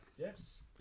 Yes